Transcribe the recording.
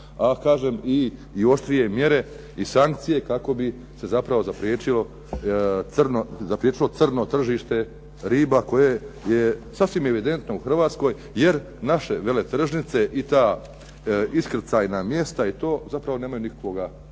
a kažem i oštrije mjere i sankcije kako bi se zapravo zapriječilo crno tržište riba koje je sasvim evidentno u Hrvatskoj, jer naše veletržnice i ta iskrcajna mjesta i to zapravo nemaju nikakvoga